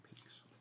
Peaks